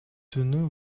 түнү